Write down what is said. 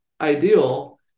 ideal